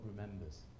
remembers